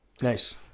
nice